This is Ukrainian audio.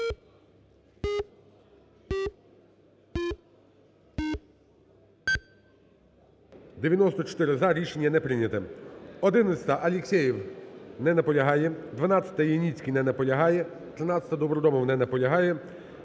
Добродомов не наполягає.